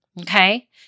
Okay